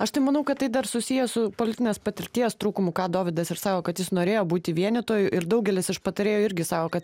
aš tai manau kad tai dar susiję su politinės patirties trūkumu ką dovydas ir sako kad jis norėjo būti vienytoju ir daugelis iš patarėjų irgi sako kad